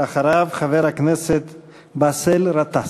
אחריו, חבר הכנסת באסל גטאס.